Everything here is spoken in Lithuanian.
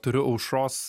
turiu aušros